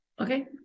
Okay